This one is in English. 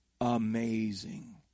amazing